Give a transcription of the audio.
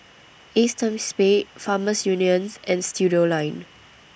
ACEXSPADE Farmers Union and Studioline